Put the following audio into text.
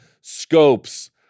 Scopes